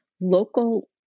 Local